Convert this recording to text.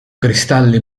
cristalli